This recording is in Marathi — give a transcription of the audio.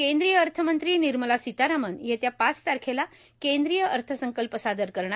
केंद्रीय अर्थमंत्री निर्मला सीतारामन् येत्या पाच तारखेला केंद्रीय अर्थसंकल्प सादर करणार